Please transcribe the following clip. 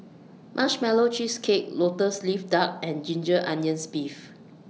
Marshmallow Cheesecake Lotus Leaf Duck and Ginger Onions Beef